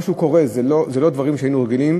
משהו קורה, זה לא דברים שהיינו רגילים